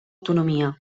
autonomia